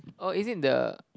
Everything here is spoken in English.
oh is it the